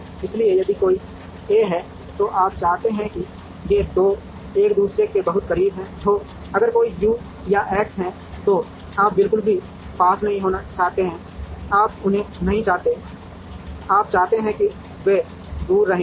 इसलिए यदि कोई ए है तो आप चाहते हैं कि ये 2 एक दूसरे के बहुत करीब हों अगर कोई यू या एक्स है तो आप बिल्कुल भी पास नहीं होना चाहते हैं आप उन्हें नहीं चाहते हैं आप चाहते हैं कि वे दूर रहें दूर